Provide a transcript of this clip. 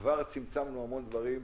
כבר צמצמנו המון דברים.